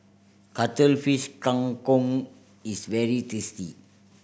Cuttlefish Kang Kong is very tasty